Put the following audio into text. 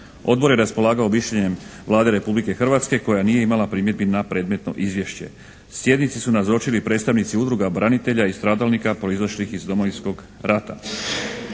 Odbor je raspolagao mišljenjem Vlade Republike Hrvatske koja nije imala primjedbi na predmetno izvješće. Sjednici su nazočili predstavnici udruga branitelja i stradalnika proizašlih iz Domovinskog rata.